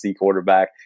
quarterback